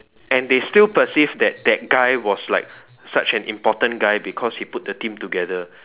and they still perceived that that guy was like such an important guy because he put the team together